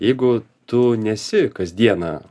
jeigu tu nesi kasdieną